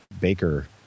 Baker